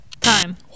time